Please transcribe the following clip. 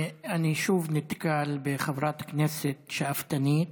אני שוב נתקל בחברת כנסת שאפתנית.